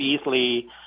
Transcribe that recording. easily